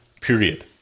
period